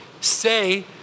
say